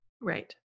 Right